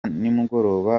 nimugoroba